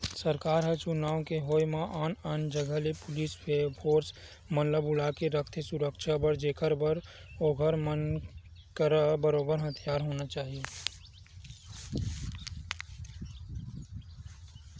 सरकार ह चुनाव के होय म आन आन जगा ले पुलिस फोरस मन ल बुलाके रखथे सुरक्छा बर जेखर बर ओखर मन करा बरोबर हथियार होना चाही